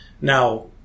Now